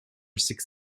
six